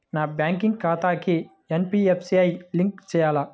నా బ్యాంక్ ఖాతాకి NPCI link చేయాలా?